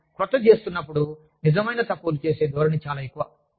మనం క్రొత్తది చేస్తున్నప్పుడు నిజమైన తప్పులు చేసే ధోరణి చాలా ఎక్కువ